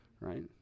right